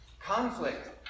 Conflict